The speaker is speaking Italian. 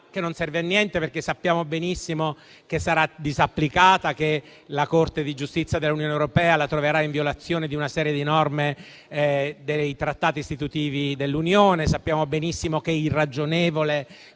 che non serve a niente, perché sappiamo benissimo che sarà disapplicata e che la Corte di giustizia dell'Unione europea la troverà in violazione di una serie di norme dei Trattati istitutivi dell'Unione. Sappiamo benissimo che è irragionevole,